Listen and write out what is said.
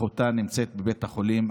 אחותה נמצאת בבית החולים,